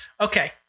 Okay